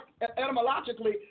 etymologically